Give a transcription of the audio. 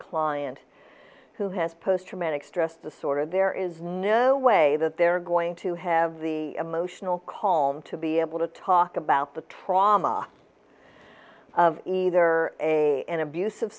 client who has post traumatic stress disorder there is no way that they're going to have the emotional call them to be able to talk about the trauma of either a an abusive